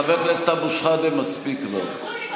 חבר הכנסת אבו שחאדה, מספיק כבר.